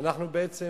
ובעצם